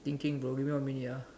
thinking bro give me a minute ah